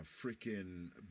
freaking